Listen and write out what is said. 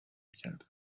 میکردند